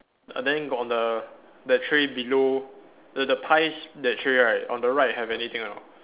then got the that tray below the the pies that tray right on the right have anything or not